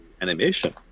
animation